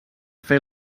fer